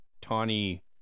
Tawny